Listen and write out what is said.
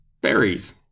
berries